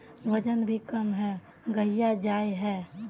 वजन भी कम है गहिये जाय है?